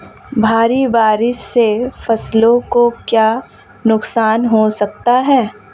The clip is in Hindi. भारी बारिश से फसलों को क्या नुकसान हो सकता है?